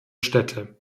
städte